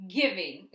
giving